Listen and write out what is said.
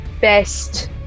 best